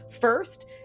first